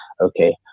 okay